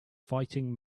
fighting